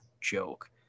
joke